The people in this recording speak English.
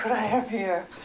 i have here.